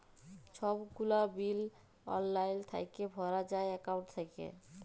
ছব গুলা বিল অললাইল থ্যাইকে ভরা যায় একাউল্ট থ্যাইকে